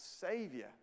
savior